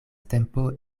tempo